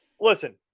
listen